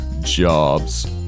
jobs